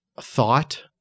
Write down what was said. thought